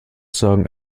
sagen